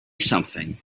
something